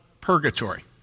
purgatory